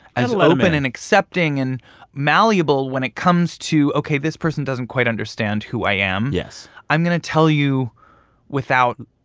as open and accepting and malleable when it comes to, ok, this person doesn't quite understand who i am yes i'm going to tell you without.